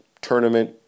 tournament